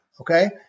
okay